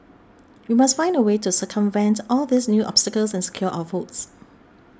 we must find a way to circumvent all these new obstacles and secure our votes